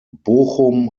bochum